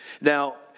Now